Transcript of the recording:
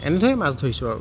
এনেদৰেই মাছ ধৰিছোঁ আৰু